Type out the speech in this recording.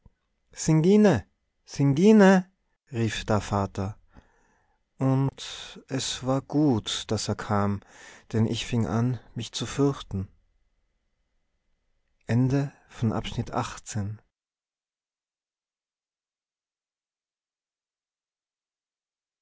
singine singine rief da vater und es war gut daß er kam denn ich fing an mich zu fürchten